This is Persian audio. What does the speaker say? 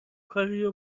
کاریو